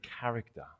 character